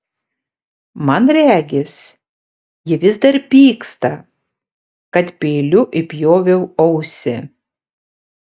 man regis ji vis dar pyksta kad peiliu įpjoviau ausį